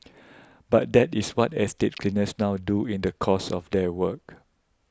but that is what estate cleaners now do in the course of their work